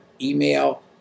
email